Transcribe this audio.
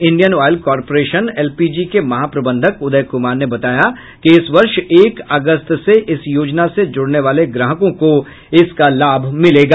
Indian Oil Corporation LPG के महाप्रबंधक उदय कुमार ने बताया कि इस वर्ष एक अगस्त से इस योजना से जुड़ने वाले ग्राहकों को इसका लाभ मिलेगा